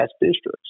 districts